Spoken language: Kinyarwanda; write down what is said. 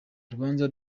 urubanza